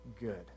good